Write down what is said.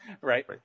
right